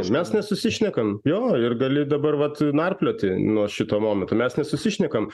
mes nesusišnekam jo ir gali dabar vat narplioti nuo šito momento mes nesusišnekam